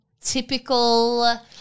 typical